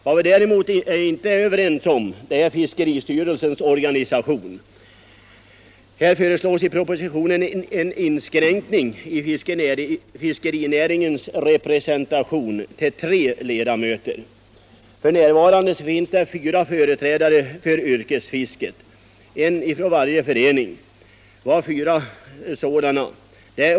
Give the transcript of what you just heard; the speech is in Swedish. Vad vi däremot inte är överens om är fiskeristyrelsens organisation. Här föreslås i propositionen en inskränkning i fiskerinäringens representation till tre ledamöter. F.n. finns fyra företrädare för yrkesfisket, en från varje förening. Vi har fyra sådana.